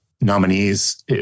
nominees